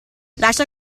lascia